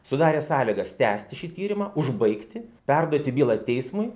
sudarė sąlygas tęsti šį tyrimą užbaigti perduoti bylą teismui